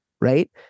Right